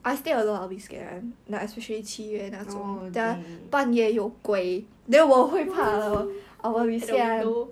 orh at the window